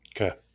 Okay